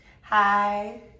Hi